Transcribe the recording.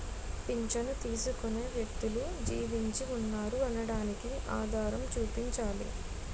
పింఛను తీసుకునే వ్యక్తులు జీవించి ఉన్నారు అనడానికి ఆధారం చూపించాలి